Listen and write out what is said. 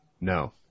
No